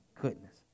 goodness